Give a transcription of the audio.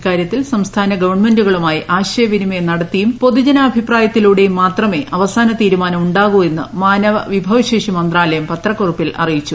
ഇക്കാര്യത്തിൽ സംസ്ഥാന ഗവൺമെൻ്റുകളുമായി ആശ്രി്ടു വിനിമയം നടത്തിയും പൊതുജനാഭിപ്രായത്തിലൂടെയും മാത്രിമേ ് അവസാന തീരുമാനം ഉണ്ടാകൂ എന്ന് മാനവ വിഭവശ്ഷി മന്ത്രാലയം പത്രക്കുറിപ്പിൽ അറിയിച്ചു